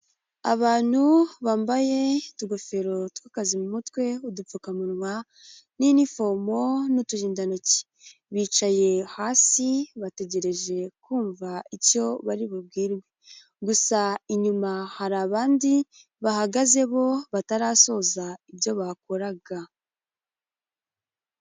Abantu bambaye utugofero tw'akazi mu mutwe, udupfukamunwa n'inifomo n'uturindantoki, bicaye hasi bategereje kumva icyo bari bubwirwe gusa inyuma hari abandi bahagaze bo batarasoza ibyo bakoraga.